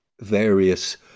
various